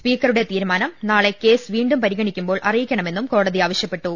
സ്പീക്കറുടെ തീരുമാനം നാളെ കേസ് വീണ്ടും പരിഗണി ക്കുമ്പോൾ അറിയിക്കണമെന്നും കോടതി ആവശ്യപ്പെട്ടു